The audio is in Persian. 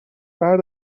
بعد